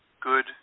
good